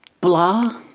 blah